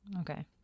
Okay